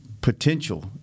potential